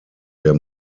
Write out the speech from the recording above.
der